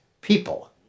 people